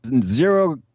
zero